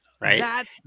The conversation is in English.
right